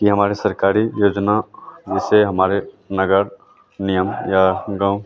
कि हमारे सरकारी योजना जिसे हमारे नगर नियम या गाँव